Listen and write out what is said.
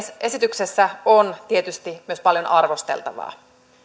esityksessä on tietysti myös paljon arvosteltavaa